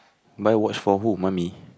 buy watch for who mummy